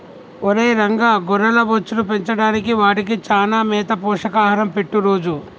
ఒరై రంగ గొర్రెల బొచ్చును పెంచడానికి వాటికి చానా మేత పోషక ఆహారం పెట్టు రోజూ